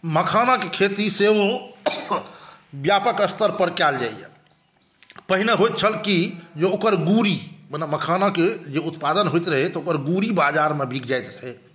मखानाके खेती से ओ व्यापक स्तर पर कएल जाइ यऽ पहिने होइत छल की जे ओकर गुड़ी मने मखानाके जे उत्पादन होइत रहै तऽ ओकर गुड़ी बाजारमे बिक जाइत रहै